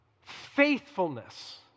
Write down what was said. faithfulness